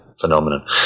phenomenon